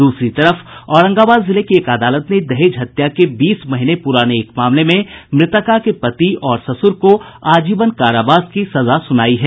दूसरी तरफ औरंगाबाद जिले की एक अदालत ने दहेज हत्या के बीस महीने पुराने एक मामले में मृतका के पति और ससुर को आजीवन कारावास की सजा सुनायी है